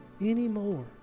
anymore